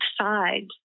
sides